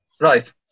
Right